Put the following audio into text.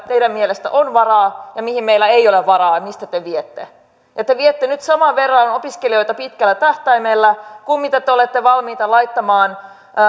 mihin teidän mielestänne on varaa ja mihin meillä ei ole varaa mistä te te viette te viette nyt saman verran opiskelijoilta pitkällä tähtäimellä kuin mitä te te olette valmiita laittamaan